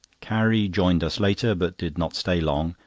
carrie joined us later, but did not stay long,